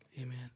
Amen